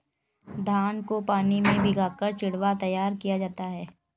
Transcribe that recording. धान को पानी में भिगाकर चिवड़ा तैयार किया जाता है